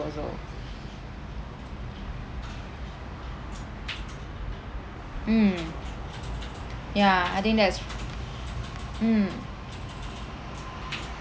also mm ya I think that is mm